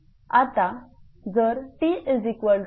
आता जर T5096